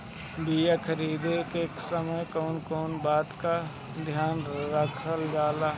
बीया खरीदे के समय कौन कौन बात के ध्यान रखल जाला?